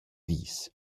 dis